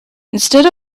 instead